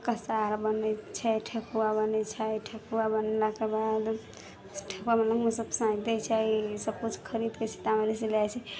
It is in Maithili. कसार बनैत छै ठेकुआ बनैत छै ठेकुआ बनलाके बाद ठेकुआ बनलाके बाद सभ सैतै छै सभ किछु खरीदके सीतामढ़ी से ले जाइत छै